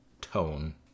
tone